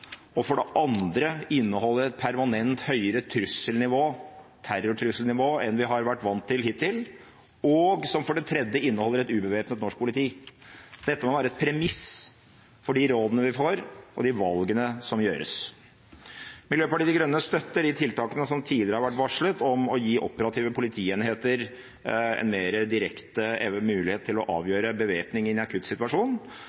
som for det andre inneholder et permanent høyere terrortrusselnivå enn hva vi har vært vant til hittil, og som for det tredje inneholder et ubevæpnet norsk politi. Dette må være et premiss for de rådene vi får, og de valgene som gjøres. Miljøpartiet De Grønne støtter de tiltakene som tidligere har vært varslet, om å gi operative politienheter en mer direkte mulighet til å avgjøre bevæpning i